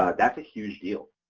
that's a huge deal.